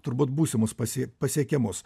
turbūt būsimus pasie pasiekimus